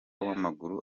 w’amaguru